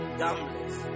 gamblers